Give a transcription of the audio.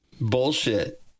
bullshit